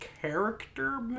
character